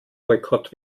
boykott